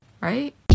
right